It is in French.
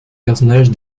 personnage